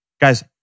Guys